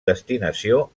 destinació